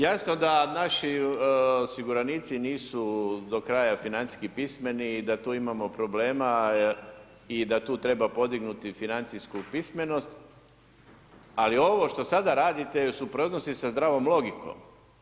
Jasno da naši osiguranici nisu do kraja financijski pismeni i da tu imamo problema i da tu treba podignuti financijsku pismenost, ali ovo što sada radite je u suprotnosti sa zdravom logikom.